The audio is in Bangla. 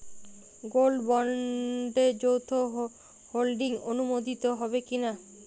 গোল্ড বন্ডে যৌথ হোল্ডিং অনুমোদিত হবে কিনা?